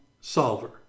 solver